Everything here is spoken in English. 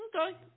okay